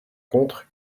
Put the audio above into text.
contre